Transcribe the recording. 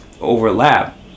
overlap